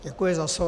Děkuji za slovo.